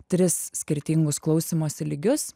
tris skirtingus klausymosi lygius